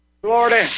Florida